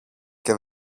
και